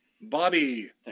bobby